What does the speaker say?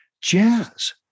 jazz